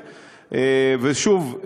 ושוב,